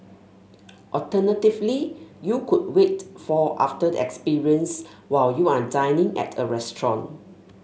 alternatively you could wait for after the experience while you are dining at a restaurant